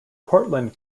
cortland